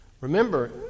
Remember